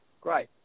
Great